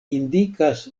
indikas